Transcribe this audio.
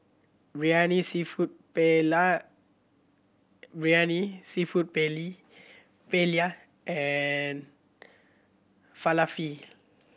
Biryani Seafood Paella and Falafel